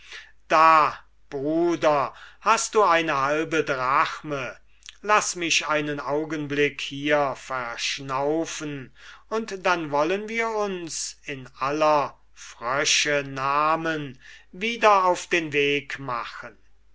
da bruder hast du eine halbe drachme laß mich einen augenblick hier verschnaufen und dann wollen wir uns in aller frösche namen wieder auf den weg machen